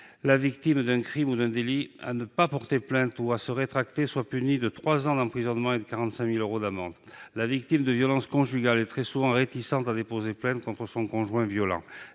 la victime d'un crime ou d'un délit à ne pas porter plainte ou à se rétracter, est puni de trois ans d'emprisonnement et de 45 000 euros d'amende. La victime de violences conjugales est très fréquemment réticente à déposer plainte contre son conjoint violent.